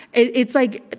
it's like,